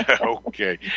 Okay